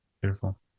beautiful